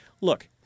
look